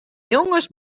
jonges